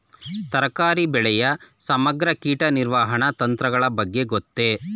ತರಕಾರಿ ಬೆಳೆಯ ಸಮಗ್ರ ಕೀಟ ನಿರ್ವಹಣಾ ತಂತ್ರಗಳ ಬಗ್ಗೆ ಗೊತ್ತೇ?